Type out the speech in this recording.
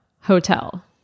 hotel